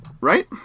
right